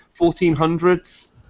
1400s